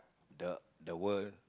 the the world